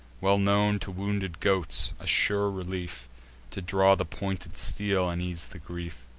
well known to wounded goats a sure relief to draw the pointed steel, and ease the grief.